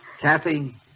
Kathy